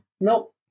Nope